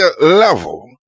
level